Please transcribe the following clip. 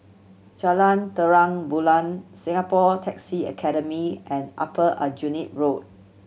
Jalan Terang Bulan Singapore Taxi Academy and Upper Aljunied Road